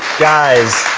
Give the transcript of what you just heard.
guys,